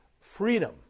freedom